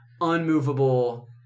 unmovable